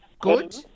Good